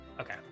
Okay